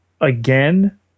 again